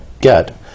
get